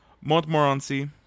Montmorency